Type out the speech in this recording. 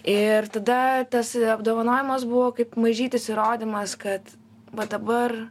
ir tada tas apdovanojimas buvo kaip mažytis įrodymas kad va dabar